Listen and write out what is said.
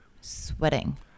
Sweating